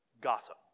Gossip